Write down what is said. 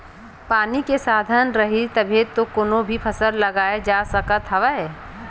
पानी के साधन रइही तभे तो कोनो भी फसल लगाए जा सकत हवन